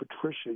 Patricia